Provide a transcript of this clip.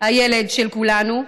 הילד של כולנו,